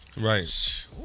Right